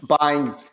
buying